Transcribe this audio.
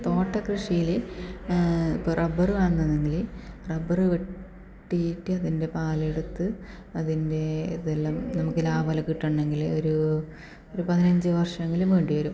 തോട്ട കൃഷിയില് ഇപ്പം റബ്ബറ് വേണെന്നുണ്ടെങ്കിൽ റബ്ബറ് വെട്ടിയിട്ട് അതിൻ്റെ പാലെടുത്ത് അതിൻ്റെ ഇതെല്ലാം നമുക്ക് ലാഭമെല്ലാം കിട്ടണമെങ്കില് ഒരു ഒരു പതിനഞ്ച് വർഷമെങ്കിലും വേണ്ടി വരും